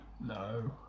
No